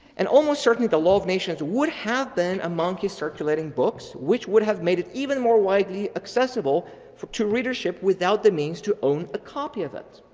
and almost certain, the the law of nations would have been a monkey circulating book, which would have made it even more widely accessible to readership without the means to own a copy of it.